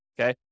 Okay